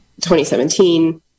2017